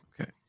okay